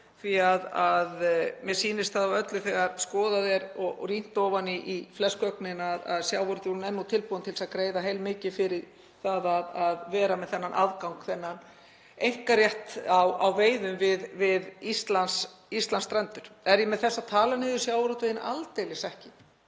Mér sýnist það á öllu þegar skoðað er og rýnt í flest gögnin að sjávarútvegurinn sé tilbúinn að greiða heilmikið fyrir það að vera með þennan aðgang, þennan einkarétt á veiðum við Íslandsstrendur. Er ég með þessu að tala niður sjávarútveginn? Aldeilis ekki.